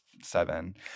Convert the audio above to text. seven